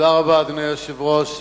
אדוני היושב-ראש,